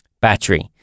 battery